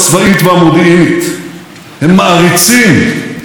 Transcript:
הם מעריצים את עוצמתנו הכלכלית והטכנולוגית.